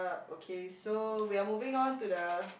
okay so we are moving on to the